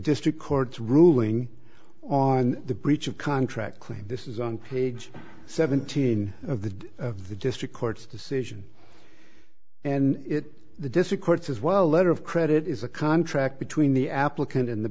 district court's ruling on the breach of contract claim this is on page seventeen of the of the district court decision and it the district court as well letter of credit is a contract between the applicant and the